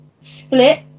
split